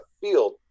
field